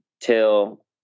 till